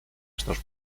estos